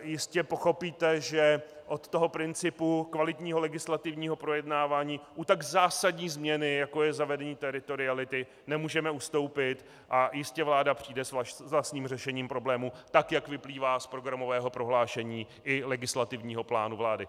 Jistě pochopíte, že od principu kvalitního legislativního projednávání u tak zásadní změny, jako je zavedení teritoriality, nemůžeme ustoupit, a jistě vláda přijde s vlastním řešením problému tak, jak vyplývá z programového prohlášení i legislativního plánu vlády.